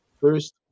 first